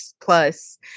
plus